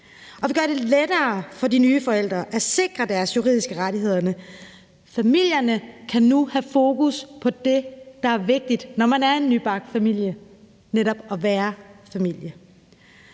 Og vi gør det lettere for de nye forældre at sikre deres juridiske rettigheder. Familierne kan nu have fokus på det, der er vigtigt, når man er en nybagt familie, netop at være familie.